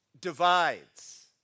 divides